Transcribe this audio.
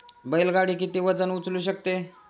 बैल गाडी किती वजन उचलू शकते?